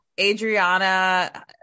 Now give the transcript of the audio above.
adriana